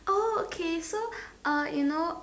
oh okay so uh you know